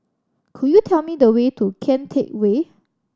could you tell me the way to Kian Teck Way